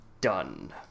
done